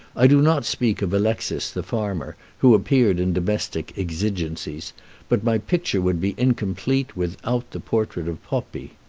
i do not speak of alexis, the farmer, who appeared in domestic exigencies but my picture would be incomplete without the portrait of poppi.